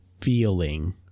feeling